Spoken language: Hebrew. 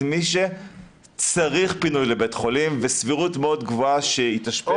מי שצריך פינוי לבית החולים וסבירות מאוד גבוהה שיתאשפז.